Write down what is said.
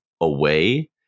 away